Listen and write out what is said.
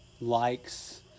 likes